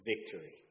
victory